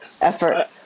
effort